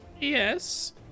Yes